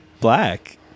black